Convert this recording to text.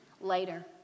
Later